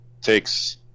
takes